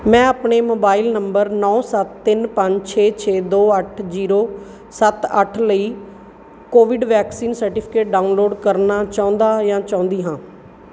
ਮੈਂ ਆਪਣੇ mobile number ਨੌਂ ਸੱਤ ਤਿੰਨ ਪੰਜ ਛੇ ਛੇ ਦੋ ਅੱਠ ਜੀਰੋ ਸੱਤ ਅੱਠ ਲਈ ਕੋਵਿਡ ਵੈਕਸੀਨ ਸਰਟੀਫਿਕੇਟ ਡਾਊਨਲੋਡ ਕਰਨਾ ਚਾਹੁੰਦਾ ਜਾਂ ਚਾਹੁੰਦੀ ਹਾਂ